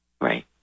Right